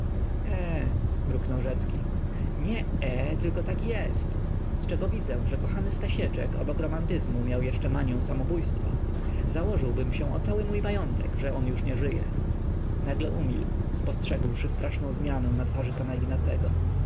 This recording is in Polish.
eh mruknął rzecki nie eh tylko tak jest z czego widzę że kochany stasieczek obok romantyzmu miał jeszcze manią samobójstwa założyłbym się o cały mój majątek że on już nie żyje nagle umilkł spostrzegłszy straszną zmianę na twarzy pana